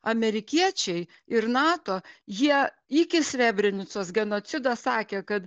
amerikiečiai ir nato jie iki srebrenicos genocido sakė kad